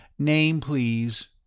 name, please?